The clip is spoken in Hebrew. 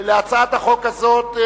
להצעת החוק הזאת,